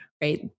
Right